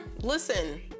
Listen